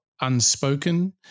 unspoken